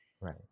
right